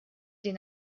den